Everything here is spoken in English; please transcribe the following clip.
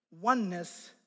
oneness